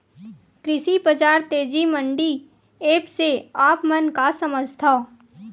कृषि बजार तेजी मंडी एप्प से आप मन का समझथव?